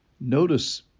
Notice